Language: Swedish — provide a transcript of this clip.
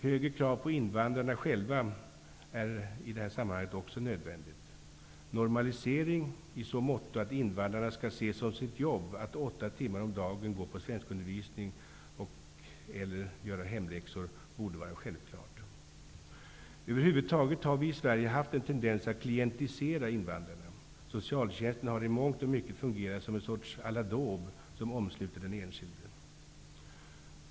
Högre krav på invandrarna själva är i detta sammanhang också nödvändigt. Normalisering i så måtto att invandrarna skall se som sitt jobb att åtta timmar om dagen gå på svenskundervisning och/eller göra hemläxor borde vara självklart. Över huvud taget har vi i Sverige haft en tendens att klientisera invandrarna. Socialtjänsten har i mångt och mycket fungerat som en sorts aladåb som omsluter den enskilde.